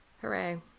hooray